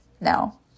No